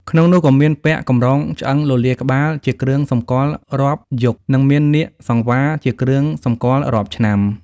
ក្នុងនោះ ក៏មានពាក់កម្រងឆ្អឹងលលាដ៍ក្បាល ជាគ្រឿងសម្គាល់រាប់យុគ និងមាននាគសង្វារ ជាគ្រឿងសម្គាល់រាប់ឆ្នាំ។។